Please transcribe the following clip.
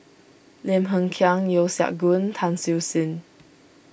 Lim Hng Kiang Yeo Siak Goon Tan Siew Sin